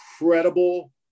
incredible